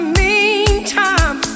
meantime